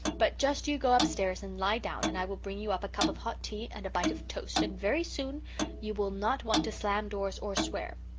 but just you go upstairs and lie down and i will bring you up a cup of hot tea and a bite of toast and very soon you will not want to slam doors or swear.